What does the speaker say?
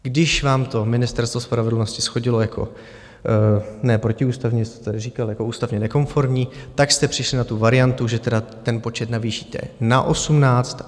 Když vám to Ministerstvo spravedlnosti shodilo jako ne protiústavně, jste tady říkal, jako ústavně nekonformní, tak jste přišli na tu variantu, že teda ten počet navýšíte na 18.